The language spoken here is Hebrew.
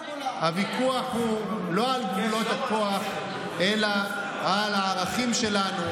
הוויכוח הוא לא על גבולות הכוח אלא על הערכים שלנו,